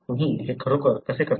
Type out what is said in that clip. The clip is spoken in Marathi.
तुम्ही हे खरोखर कसे करता